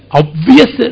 obvious